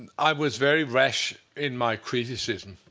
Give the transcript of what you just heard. and i was very rash in my criticism.